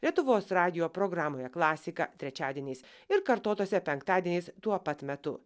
lietuvos radijo programoje klasika trečiadieniais ir kartotuose penktadieniais tuo pat metu